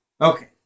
Okay